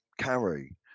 carry